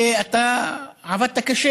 ואתה עבדת קשה